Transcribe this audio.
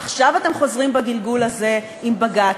עכשיו אתם חוזרים בגלגול הזה עם בג"ץ,